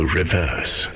reverse